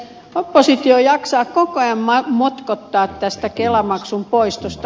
oppositio jaksaa koko ajan motkottaa tästä kelamaksun poistosta